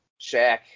Shaq